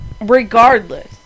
regardless